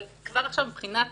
אבל כבר עכשיו מבחינת